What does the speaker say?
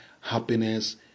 happiness